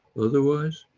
otherwise,